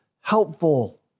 helpful